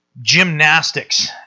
gymnastics